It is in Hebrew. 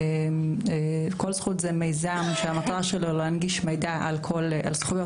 "כל זכות" זה מיזם שמטרתו להנגיש מידע על זכויות